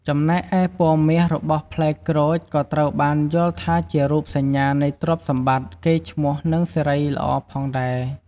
ចំណែកឯពណ៌មាសរបស់ផ្លែក្រូច ក៏ត្រូវបានយល់ថាជារូបសញ្ញា នៃទ្រព្យសម្បត្តិ កេរ្តិ៍ឈ្មោះ និងសិរីល្អផងដែរ។